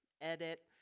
edit